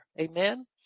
Amen